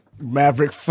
Maverick